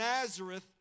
Nazareth